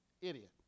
idiot